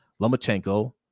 Lomachenko